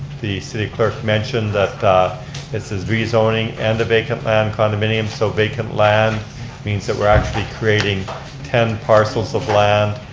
the city clerk mentioned that this is rezoning and a vacant land condominium. so vacant land means that we're actually creating ten parcels of land,